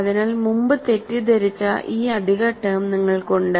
അതിനാൽ മുമ്പ് തെറ്റിദ്ധരിച്ച ഈ അധിക ടേം നിങ്ങൾക്കുണ്ട്